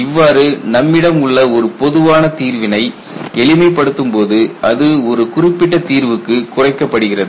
இவ்வாறு நம்மிடம் உள்ள ஒரு பொதுவான தீர்வினை எளிமைப் படுத்தும் போது அது ஒரு குறிப்பிட்ட தீர்வுக்கு குறைக்கப்படுகிறது